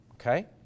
okay